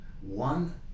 one